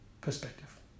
perspective